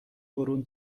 برون